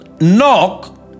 Knock